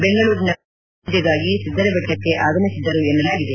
ಬೆಂಗಳೂರಿನವರಾದ ಇವರು ಪೂಜೆಗಾಗಿ ಸಿದ್ದರಬೆಟ್ಟಕ್ಕೆ ಆಗಮಿಸಿದ್ದರು ಎನ್ನಲಾಗಿದೆ